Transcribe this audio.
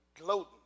gloating